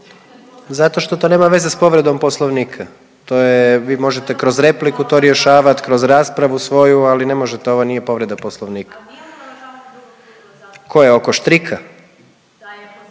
Zato što to nema veze s povredom Poslovnika, to je, vi možete kroz repliku to rješavati, kroz raspravu svoju, ali ne možete, to nije povreda Poslovnika. .../Upadica